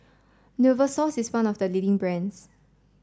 Novosource is one of the leading brands